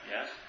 yes